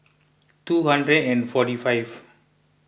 two hundred and forty five